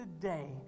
today